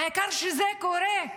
העיקר שזה קורה.